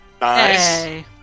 Nice